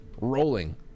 rolling